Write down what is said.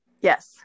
Yes